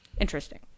interesting